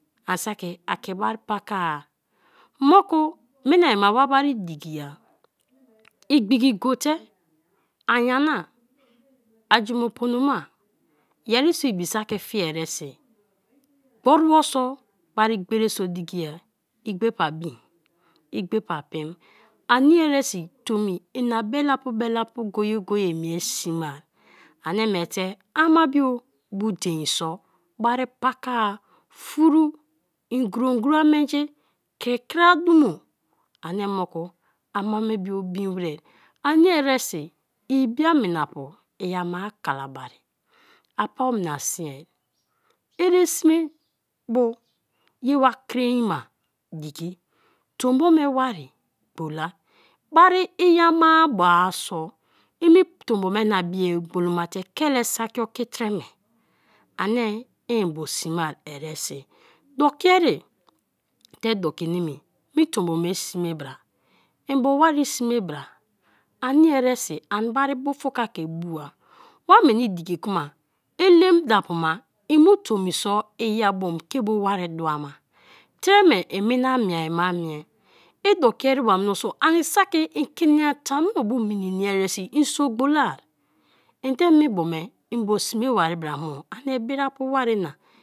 An saki aki bari paka-a; moku mina-ma wa bari doki-a igbiki go te, a nyana, a jumo ponoma, yeri so ibi saki fe eresi gboribo so bari gberi so dikia, igbe pa bin, igbe pa pim, ani eresi tomi ina bele bu, bele bu go-ye-go-ye mie sim ai ani miete amabio dein so bari paka-ar, foru igro gro amenji kri kri adumo ani moku ama bio bin were ani eresi ibiaminapu; i ama kalabari apa omini sinar ere sme bo ye wa krain mai diki, tombo wari gbola bari i ama-bo so i me tombo na mie gbolo ma te kele saki oki tre me ani i mbo sme eresi doki ere te doki nimi me tombo me sme bra, mbo wari sme bra, ani eresi ani bara ufuka ke bua; wa mini dike kma elem dapu ma i mu tomi so iya bo ke bo wari dua ma, tre me i mina meia ma mie i doki erema mioso ani saki i kini-nyan tamuno bu mini ya eresi i so gbola ende mi bo me mbo sme bari bra mo ani biri-apu wari na.